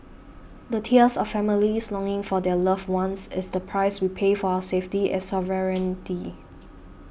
the tears of families longing for their loved ones is the price we pay for our safety and sovereignty